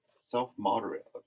self-moderate